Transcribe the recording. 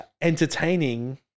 entertaining